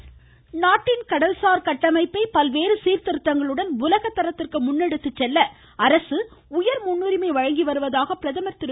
பிரதமர் நாட்டின் கடல்சார் கட்டமைப்பை பல்வேறு சீர்திருத்தங்களுடன் உலகத்தரத்திற்கு முன்னெடுத்துச் செல்ல அரசு உயர் முன்னுரிமை வழங்கி வருவதாக பிரதமர் திரு